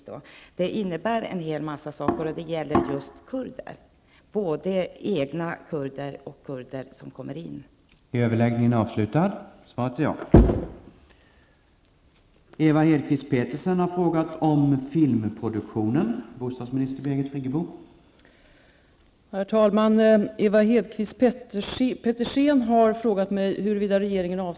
Detta innebär en hel mängd saker, och det gäller just kurder -- både kurder i landet och kurder som kommer till landet.